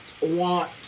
want